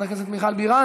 חברת הכנסת מיכל בירן,